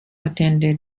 attended